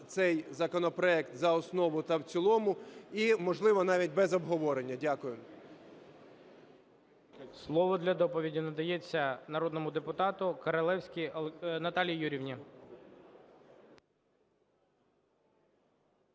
цей законопроект за основу та в цілому і, можливо, навіть без обговорення. Дякую. ГОЛОВУЮЧИЙ. Слово для доповіді надається народному депутату Королевській Наталії Юріївні.